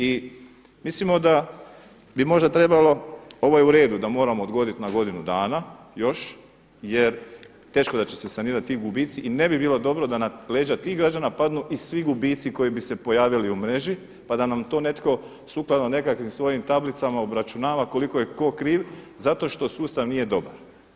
I mislimo da bi možda trebalo, ovo je uredu da moramo odgoditi na godinu dana još, jer teško da će se sanirati ti gubici i ne bi bilo dobro da na leđa tih građana padnu i svi gubici koji bi se pojavili u mreži pa da nam to netko sukladno nekakvim svojim tablicama obračunava koliko je ko kriv zato što sustav nije dobar.